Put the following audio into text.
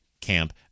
camp